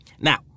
Now